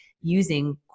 using